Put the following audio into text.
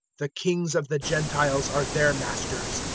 the kings of the gentiles are their masters,